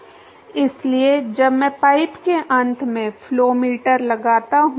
इसलिए जब मैं पाइप के अंत में फ्लो मीटर लगाता हूं